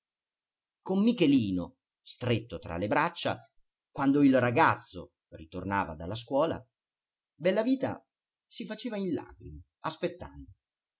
con michelino stretto tra le braccia quando il ragazzo ritornava dalla scuola bellavita si sfaceva in lagrime aspettando